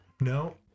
no